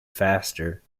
faster